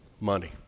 Money